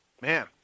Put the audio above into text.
Man